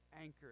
anchor